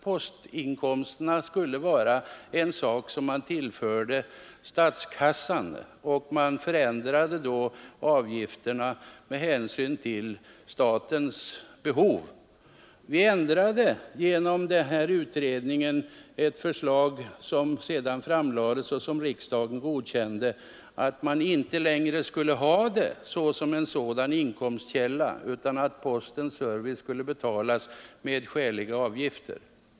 Postinkomsterna skulle nämligen tillföras statskassan, och man förändrade då avgifterna med hänsyn till statens behov. Utredningen framlade ett förslag, som riksdagen sedan godkände, innebärande att postavgifterna inte längre skulle betraktas som en inkomstkälla för staten och att postens service i stället skulle betalas genom skäliga avgifter.